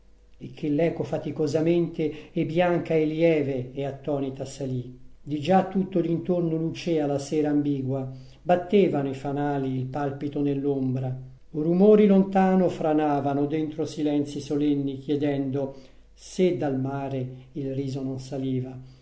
e che l'eco faticosamente e bianca e lieve e attonita salì di già tutto d'intorno lucea la sera ambigua battevano i fanali il palpito nell'ombra rumori lontano franavano dentro silenzii solenni chiedendo se dal mare il riso non saliva